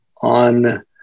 on